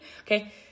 okay